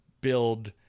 build